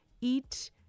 eat